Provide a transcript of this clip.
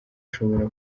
ashobora